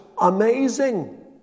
amazing